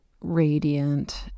radiant